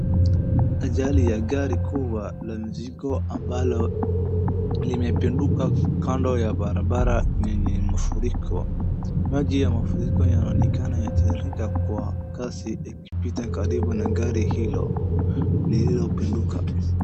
Ajali ya gari kubwa la mzigo ambalo limependuka kando ya barabara yenye mafuriko, maji ya mafuriko yanaonekana yatiririka kwa kasi ikipita karibu na gari hili lililopenduka.